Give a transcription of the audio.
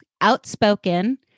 Outspoken